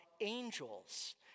angels